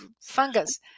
fungus